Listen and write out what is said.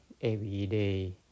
everyday